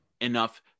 enough